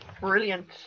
brilliant